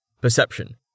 Perception